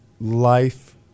life